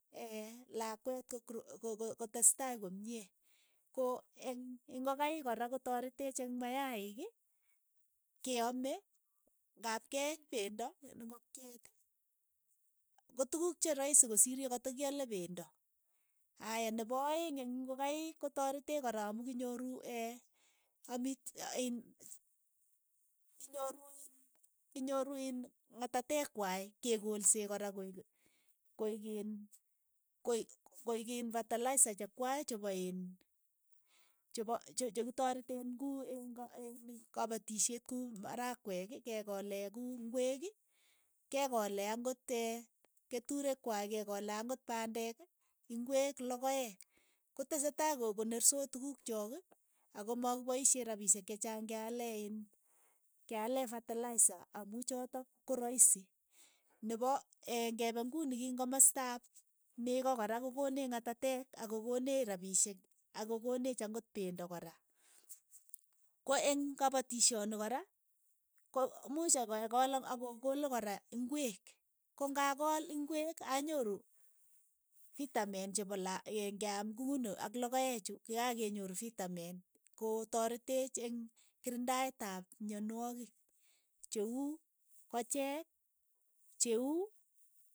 lakweet ko- kro ko- ko- ko testai komiee, ko eng' ingokaik kora kotareteech eng' mayaik, keaame, ngap keeny pendo ingokiet ko tukuuk che rahisi kosiir ye katakiale pendo, aya nepo aeng' eng' ingokaik kotareteech kora amu kinyoru amitw iin inyoruu iin- inyoruu iin ngatateek kwai kekolse kora koek koeek iin- koe koeek iin fatalaisa chekwai che pa iin chepa che- chekitareteen kuu iin ko iin kapatishet ku marakweek, kekole kuu ingwek, kekole ang'ot keturek kwaik kekole ang'ot pandek, ingwek, lokoeek, kotesetai ko- koneersoot tukuk chook akomakipaishe rapishek che chaang ke- ale- iin ke alee fatalaisa amu chotok ko raisi, nepo ng'epe ng'uni king kimostaap neko kora kokoneech ngatateek ako koneech rapishek ako konech ang'ot pendo kora, ko eng' kapatishoni kora ko muuch kekool ak ko kole kora ingweek ko ng'akool ingweek anyoru fitamin chepo la iin keaam ng'uni ak lokoeek chu keakenyoru fitamin ko tareteech eng' kirindaet ap myanwogiik che uu kochee, che uu.